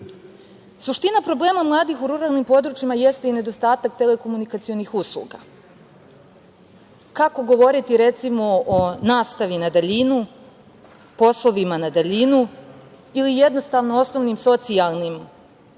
drugo. Suština problema mladih u ruralnim područjima jeste nedostatak telekomunikacionih usluga. Kako govoriti recimo o nastavi na daljinu, poslovima na daljinu ili jednostavno osnovnim socijalnim